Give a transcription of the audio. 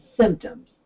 symptoms